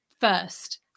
first